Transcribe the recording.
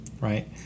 right